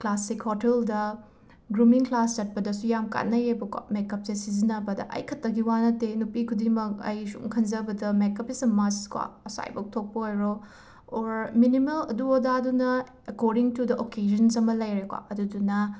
classic ꯍꯣꯇꯦꯜꯗ grooming class ꯆꯠꯄꯗꯁꯨ ꯌꯥꯝꯅ ꯀꯥꯟꯅꯩꯌꯦꯕꯀꯣ ꯃꯦꯀꯞꯁꯦ ꯁꯤꯖꯤꯟꯅꯕꯗ ꯑꯩꯈꯛꯇꯒꯤ ꯋꯥ ꯅꯠꯇꯦ ꯅꯨꯄꯤ ꯈꯨꯗꯤꯃꯛ ꯑꯩ ꯁꯨꯝ ꯈꯟꯖꯕꯗ ꯃꯦꯀꯞ ꯏꯁ ꯑꯦ ꯃꯁ ꯀꯣ ꯑꯁ꯭ꯋꯥꯏꯐꯥꯎꯕ ꯊꯣꯛꯄ ꯑꯣꯏꯔꯣ ꯑꯣꯔ ꯃꯤꯅꯤꯃꯝ ꯑꯗꯨ ꯑꯗꯥꯗꯨꯅ ꯑꯦꯀꯣꯔꯗꯤꯡ ꯇꯨ ꯗ ꯑꯣꯀꯦꯖꯟꯁ ꯑꯃ ꯂꯩꯔꯦꯀꯣ ꯑꯗꯨꯗꯨꯅ